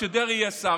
שדרעי יהיה שר.